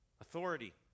Authority